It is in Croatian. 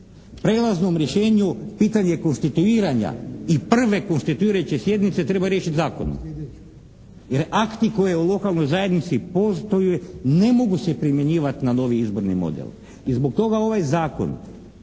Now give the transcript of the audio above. prijelaznom rješenju pitanje je konstituiranja i prve konstituirajuće sjednice treba riješiti zakonom jer akti koji u lokalnoj zajednici postoje ne mogu se primjenjivati na novi izborni model. I zbog toga ovaj zakon